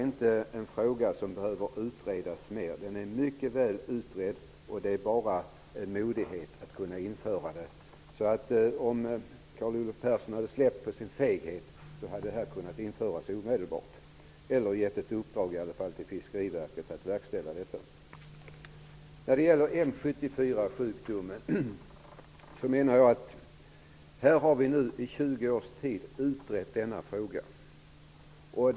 Den här frågan behöver inte utredas mer, utan den är mycket väl utredd. Det är bara mod som behövs för att införa en fiskevårdsavgift. Så om Carl Olov Persson hade kommit över sin feghet hade en sådan avgift kunnat införas omedelbart, eller vi hade i alla fall kunnat ge Fiskeriverket i uppdrag att verkställa detta. Vi har nu i 20 års tid utrett frågan om sjukdomen M 74.